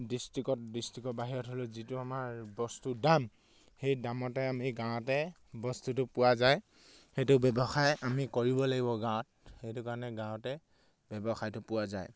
ডিষ্ট্ৰিকত ডিষ্ট্ৰিকৰ বাহিৰত হ'লেও যিটো আমাৰ বস্তুৰ দাম সেই দামতে আমি গাঁৱতে বস্তুটো পোৱা যায় সেইটো ব্যৱসায় আমি কৰিব লাগিব গাঁৱত সেইটো কাৰণে গাঁৱতে ব্যৱসায়টো পোৱা যায়